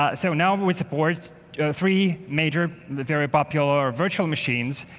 ah so now we support three major very popular virtual machines,